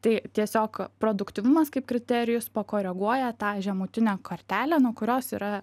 tai tiesiog produktyvumas kaip kriterijus pakoreguoja tą žemutinę kartelę nuo kurios yra